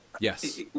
Yes